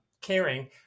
caring